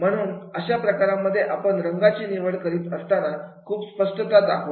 म्हणून अशा प्रकारांमध्ये आपण रंगांची निवड करीत असताना खूप स्पष्टता दाखवा